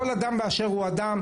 כל אדם באשר הוא אדם,